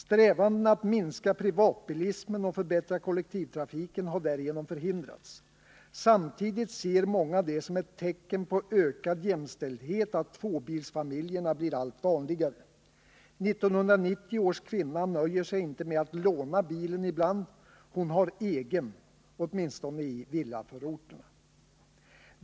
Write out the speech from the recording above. Strävandena att minska privatbilismen och förbättra kollektivtrafiken har därigenom förhindrats. Samtidigt ser många det som ett tecken på ökad jämställdhet att tvåbilsfamiljerna blivit allt vanligare. 1990 års kvinna nöjer sig inte med att låna bilen ibland: hon har en egen, åtminstone i villaförorterna.